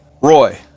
Roy